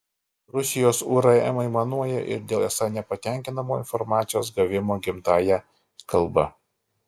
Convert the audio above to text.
rusijos urm aimanuoja ir dėl esą nepatenkinamo informacijos gavimo gimtąja kalba